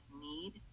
need